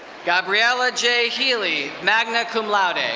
gabriela jay healy, magna cum laude. and